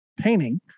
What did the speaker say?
painting